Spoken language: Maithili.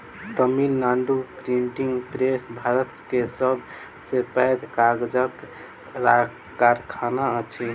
तमिल नाडु प्रिंटिंग प्रेस भारत के सब से पैघ कागजक कारखाना अछि